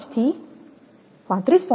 5 થી 35